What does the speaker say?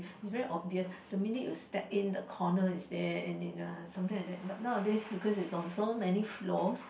is very obvious the minute you step in the corner is there and in uh something like that but nowadays because it's on so many floors